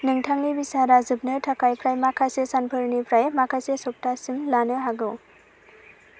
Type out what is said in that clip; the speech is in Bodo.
नोंथांनि बिसारा जोबनो थाखाय प्राय माखासे सानफोरनिप्राय माखासे सप्तासिम लानो हागौ